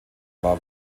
war